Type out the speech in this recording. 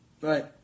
Right